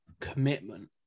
commitment